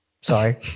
sorry